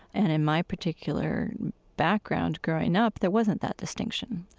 and in my particular background growing up, there wasn't that distinction.